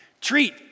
Treat